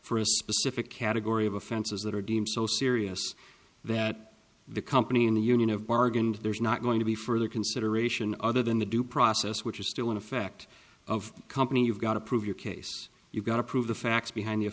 a specific category of offenses that are deemed so serious that the company in the union of bargained there's not going to be further consideration other than the due process which is still in effect of company you've got to prove your case you've got to prove the facts behind